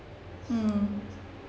mm